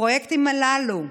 הפרויקטים הללו,